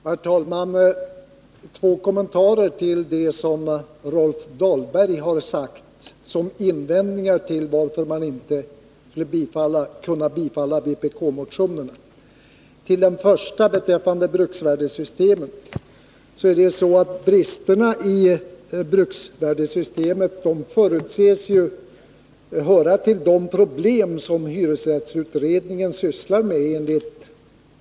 Herr talman! Två kommentarer till de skäl som Rolf Dahlberg har anfört till att utskottet inte har kunnat tillstyrka vpk-motionen. Bristerna i bruksvärdesystemet förutsätts höra till de problem som hyresrättsutredningen sysslar med.